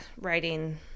writing